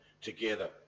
together